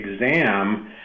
exam